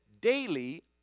daily